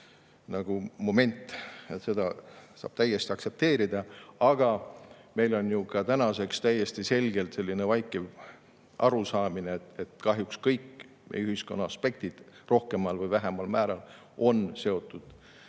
moment, seda saab täiesti aktsepteerida –, on meil ju tänaseks täiesti selgelt selline vaikiv arusaamine, et kahjuks on kõik meie ühiskonna aspektid rohkemal või vähemal määral seotud